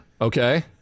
Okay